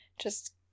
just-